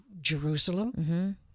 Jerusalem